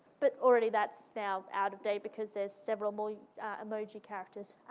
but already that's now out of date, because there's several more emoji characters.